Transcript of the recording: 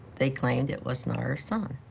they claimed it was not our son.